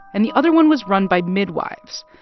and the other one was run by midwives.